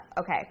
Okay